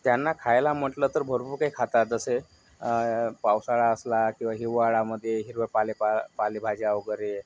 त्यांना खायला म्हटलं तर भरपूर काही खातात जसे पावसाळा असला किंवा हिवाळ्यामध्ये हिरवे पाले पालेभाज्या वगैरे